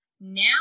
Now